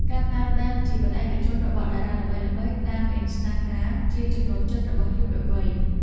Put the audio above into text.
ការតាមដានជីវិតឯកជនរបស់តារាល្បីៗតាមអ៊ីនស្តាក្រាម ជាចំណូលចិត្តរបស់យុវវ័យ។